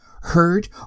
heard